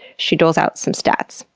she doles out some stats.